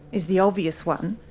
is the obvious one,